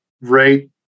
right